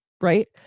right